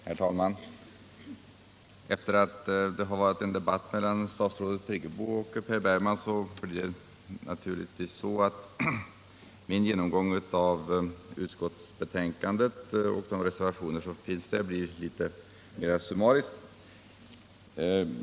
Herr talman! Efter debatten mellan statsrådet Birgit Friggebo och Per Bergman blir naturligtvis min genomgång av de reservationer som finns fogade vid civilutskottets betänkande litet summarisk.